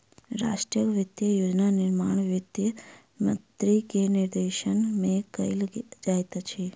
राष्ट्रक वित्तीय योजना निर्माण वित्त मंत्री के निर्देशन में कयल जाइत अछि